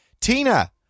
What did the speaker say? Tina